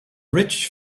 rich